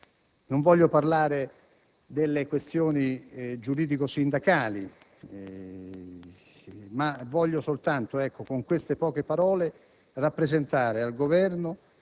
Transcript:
Non voglio parlare di questioni giuridico-sindacali, voglio soltanto, con queste poche parole, rappresentare al Governo